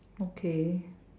okay